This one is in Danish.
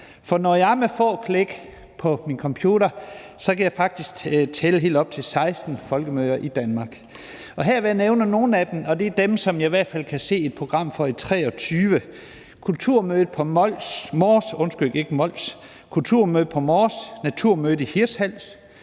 for når jeg laver få klik på min computer, kan jeg faktisk tælle helt op til 16 folkemøder i Danmark. Her vil jeg nævne nogle af dem, og det er dem, som jeg i hvert fald kan se et program for i 2023: Kulturmødet Mors, Naturmødet i Hirtshals,